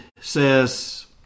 says